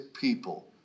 people